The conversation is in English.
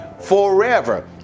forever